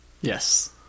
Yes